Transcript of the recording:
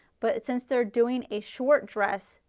but since they are doing a short dress,